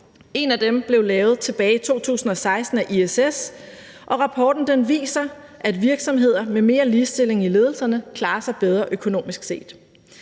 En af dem blev lavet tilbage i 2016 af ISS, og rapporten viser, at virksomheder med mere ligestilling i ledelsener klarer sig bedre økonomisk set.